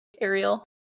Ariel